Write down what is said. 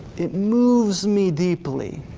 it moves me deeply.